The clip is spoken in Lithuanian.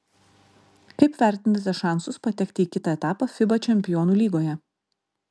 kaip vertinate šansus patekti į kitą etapą fiba čempionų lygoje